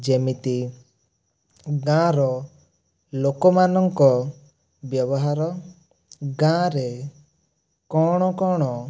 ଯେମିତି ଗାଁର ଲୋକମାନଙ୍କ ବ୍ୟବହାର ଗାଁରେ କ'ଣ କ'ଣ